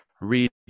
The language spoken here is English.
read